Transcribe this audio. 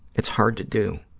it's hard to do,